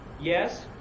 yes